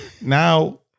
Now